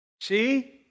See